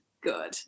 good